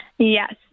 yes